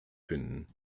finden